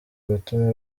gutuma